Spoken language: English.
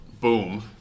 Boom